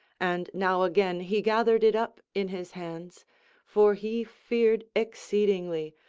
and now again he gathered it up in his hands for he feared exceedingly,